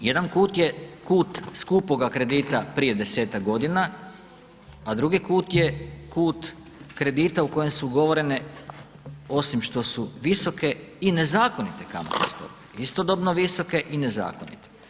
Jedan kut je kut skupoga kredita prije 10-tak godina, a drugi kut je kut kredita u kojem su ugovorene osim što su visoke i nezakonite kamatne stope, istodobno visoke i nezakonite.